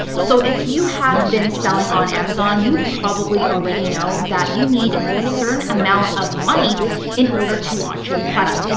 so if you have been selling on amazon, you probably already know that you need a certain amount of money in order to launch your product. and